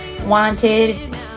wanted